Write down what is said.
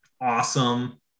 awesome